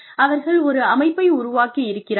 அவர்கள் ஒரு அமைப்பை உருவாக்கி இருக்கிறார்கள்